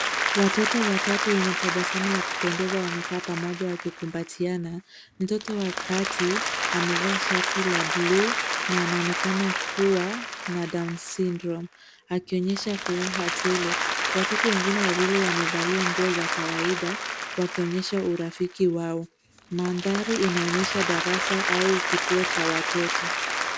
Watoto watatu wenye tabasamu la kupendeza wamekaa pamoja wakikumbatiana. Mtoto wa kati amevaa shati la buluu na anaonekana kuwa na down syndrome akionyesha furaha tele. Watoto wengine wawili wamevalia nguo za kawaida wakionyesha urafiki wao. Mandhari inaonyesha darasa au kituo cha watoto.